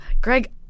Greg